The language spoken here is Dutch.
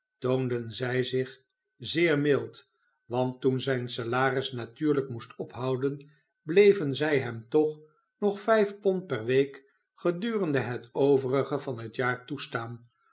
toonden zij zich zeer mild want toen zijn salaris natuurlijk moest ophouden bleven zij hem toch nog vijf pond per week gedurende het overige van het jaar toestaan